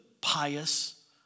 pious